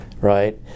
right